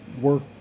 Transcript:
work